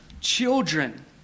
Children